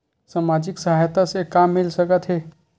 सामाजिक सहायता से का मिल सकत हे?